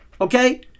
Okay